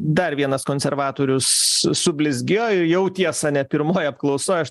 dar vienas konservatorius sublizgėjo jau tiesa net pirmoj apklausoj aš